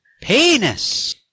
Penis